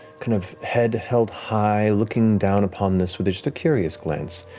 kind of head held high, looking down upon this with a curious glance.